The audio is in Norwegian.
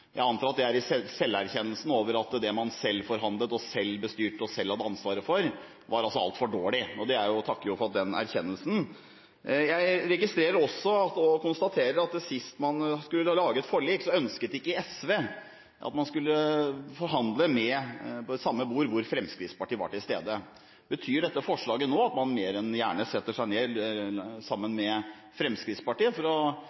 Jeg antar at det er i selverkjennelsen over at det man selv forhandlet, selv bestyrte og selv hadde ansvaret for, var altfor dårlig, og jeg takker for den erkjennelsen. Jeg registrer også og konstaterer at sist man skulle lage et forlik, ønsket ikke SV at man skulle forhandle ved samme bord hvor Fremskrittspartiet var til stede. Betyr dette forslaget nå at man mer enn gjerne setter seg ned sammen med Fremskrittspartiet for å